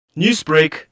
Newsbreak